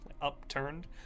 upturned